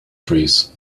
trees